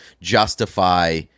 justify